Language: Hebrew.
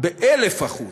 אלא באלף אחוז.